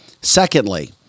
Secondly